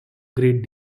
great